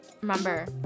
Remember